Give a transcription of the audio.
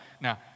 Now